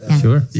Sure